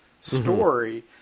story